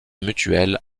mutuelle